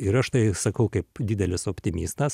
ir aš tai sakau kaip didelis optimistas